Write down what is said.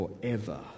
forever